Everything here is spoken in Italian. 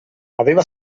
aveva